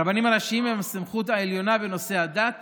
הרבנים הראשיים הם הסמכות העליונה בנושא הדת